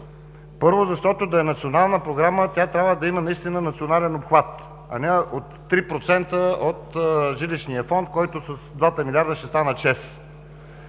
Първо, защото за да е национална програма, тя трябва да има наистина национален обхват, а не 3% от жилищния фонд, който с двата милиарда ще станат 6